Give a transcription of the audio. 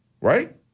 Right